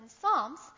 Psalms